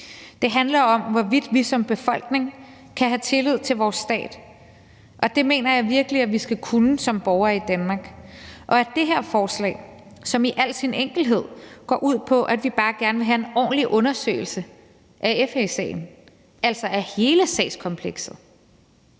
Det handler om, hvorvidt vi som befolkning kan have tillid til vores stat, og det mener jeg virkelig at vi som borgere i Danmark skal kunne. Og det her forslag går i al sin enkelhed ud på, at vi bare gerne vil have en ordentlig undersøgelse af FE-sagen, altså af hele sagskomplekset